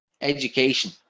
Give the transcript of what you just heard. education